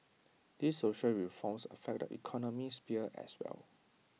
these social reforms affect the economic sphere as well